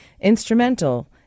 Instrumental